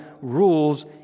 rules